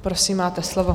Prosím, máte slovo.